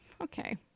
Okay